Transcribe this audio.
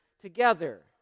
together